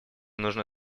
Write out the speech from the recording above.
нужно